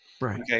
right